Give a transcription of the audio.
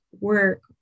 work